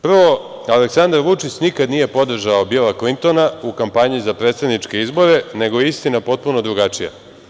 Prvo, Aleksandar Vučić nikada nije podržao Bila Klintona, u kampanji za predsedničke izbore, nego je istina potpuno drugačija.